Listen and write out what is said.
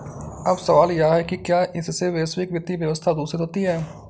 अब सवाल यह है कि क्या इससे वैश्विक वित्तीय व्यवस्था दूषित होती है